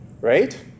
right